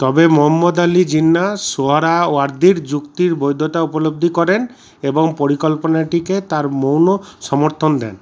তবে মহম্মদ আলী জিন্নাহ সোহরাওয়ার্দীর যুক্তির বৈধতা উপলব্ধি করেন এবং পরিকল্পনাটিকে তাঁর মৌন সমর্থন দেন